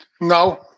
No